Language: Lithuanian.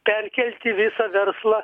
perkelti visą verslą